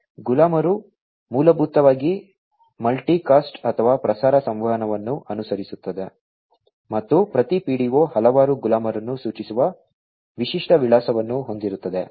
ಆದ್ದರಿಂದ ಗುಲಾಮರು ಮೂಲಭೂತವಾಗಿ ಮಲ್ಟಿಕಾಸ್ಟ್ ಅಥವಾ ಪ್ರಸಾರ ಸಂವಹನವನ್ನು ಅನುಸರಿಸುತ್ತಾರೆ ಮತ್ತು ಪ್ರತಿ PDO ಹಲವಾರು ಗುಲಾಮರನ್ನು ಸೂಚಿಸುವ ವಿಶಿಷ್ಟ ವಿಳಾಸವನ್ನು ಹೊಂದಿರುತ್ತದೆ